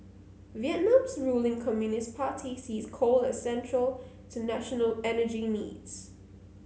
Vietnam's ruling Communist Party sees coal as central to national energy needs